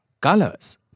colors